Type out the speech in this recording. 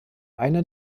einer